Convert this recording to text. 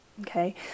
Okay